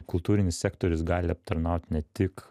kultūrinis sektorius gali aptarnaut ne tik